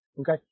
okay